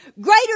greater